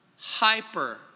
hyper